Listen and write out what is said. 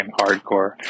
hardcore